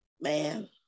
Man